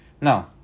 now